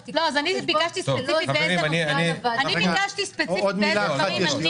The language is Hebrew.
רק תיקחו בחשבון --- אני ביקשתי ספציפית באיזה דברים אני מבקשת.